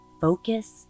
focus